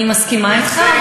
אני מסכימה אתך,